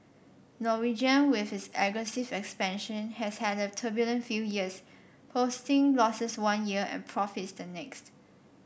Norwegian with its aggressive expansion has had a turbulent few years posting losses one year and profits the next